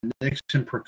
Nixon